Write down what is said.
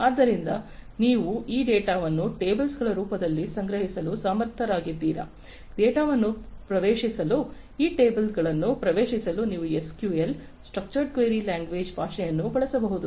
ಆದ್ದರಿಂದ ನೀವು ಈ ಡೇಟಾವನ್ನು ಟೇಬಲ್ಸ್ಗಳ ರೂಪದಲ್ಲಿ ಸಂಗ್ರಹಿಸಲು ಸಮರ್ಥರಾಗಿದ್ದರೆ ಡೇಟಾವನ್ನು ಪ್ರವೇಶಿಸಲು ಈ ಟೇಬಲ್ಸ್ಗಳನ್ನು ಪ್ರಶ್ನಿಸಲು ನೀವು SQL ಸ್ಟ್ರಕ್ಚರ್ಡ್ ಕ್ವೆರಿ ಲಾಂಗ್ವೇಜ್ನಂತಹ ಭಾಷೆಯನ್ನು ಬಳಸಬಹುದು